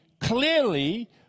clearly